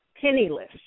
penniless